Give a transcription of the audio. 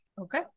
Okay